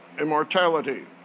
immortality